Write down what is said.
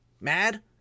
mad